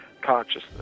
consciousness